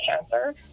cancer